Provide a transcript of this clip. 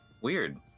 Weird